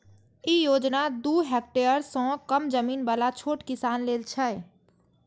ई योजना दू हेक्टेअर सं कम जमीन बला छोट किसान लेल छै